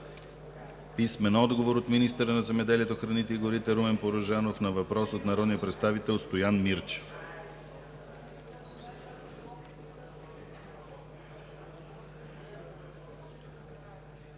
Гьоков; - министъра на земеделието, храните и горите Румен Порожанов, два въпроса от народния представител Стоян Мирчев.